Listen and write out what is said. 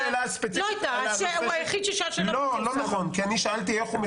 לא, זו הייתה שאלה ספציפית אליו.